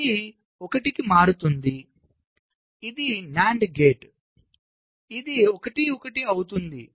ఇది 1 కి మారుతుంది ఇది NAND గేట్ ఇది 1 1 అవుతుంది